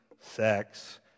sex